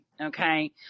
Okay